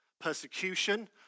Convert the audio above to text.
persecution